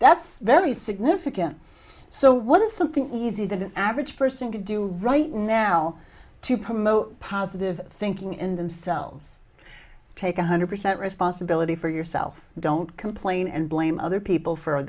that's very significant so what is something easy that an average person could do right now to promote positive thinking in themselves take a hundred percent responsibility for yourself don't complain and blame other people for